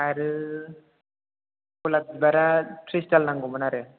आरो गलाब बिबारा त्रिसदाल नांगौमोन आरो